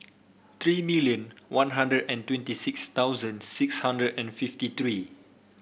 three million One Hundred and twenty six thousand six hundred and fifty three